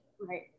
Right